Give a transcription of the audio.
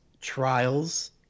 trials